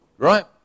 Right